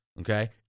Okay